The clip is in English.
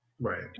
Right